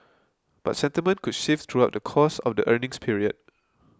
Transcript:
but sentiment could shift throughout the course of the earnings period